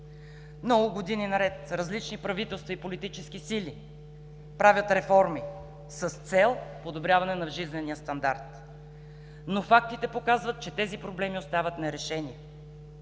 Много години наред различни правителства и политически сили правят реформи с цел подобряване на жизнения стандарт. Но фактите показват, че тези проблеми остават нерешени,